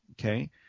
Okay